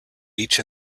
each